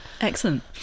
Excellent